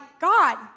God